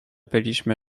byliśmy